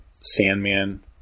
Sandman